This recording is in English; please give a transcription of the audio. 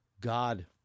God